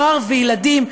נוער וילדים,